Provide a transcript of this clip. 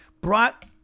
brought